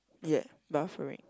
ya buffering